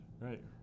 right